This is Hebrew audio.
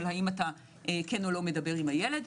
של האם אתה כן או לא מדבר עם הילד.